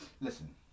Listen